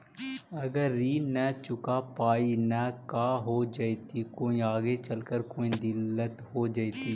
अगर ऋण न चुका पाई न का हो जयती, कोई आगे चलकर कोई दिलत हो जयती?